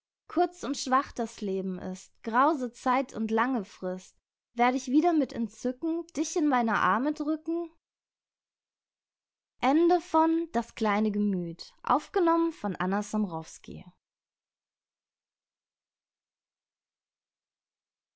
kurz und schwach das leben ist grause zeit und lange frist werd ich wieder mit entzücken dich in meine arme drücken